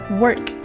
work